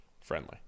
friendly